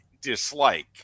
dislike